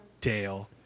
Dale